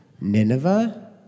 Nineveh